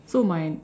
so my